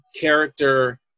character